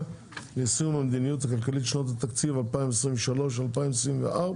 ליישום המדיניות הכלכלית לשנות התקציב 2023 ו-2024),